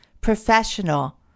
professional